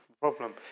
Problem